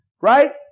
right